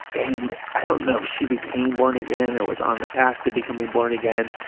and i don't know if she became born again or was on the path to becoming born again,